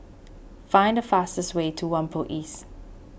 find the fastest way to Whampoa East